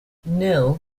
nil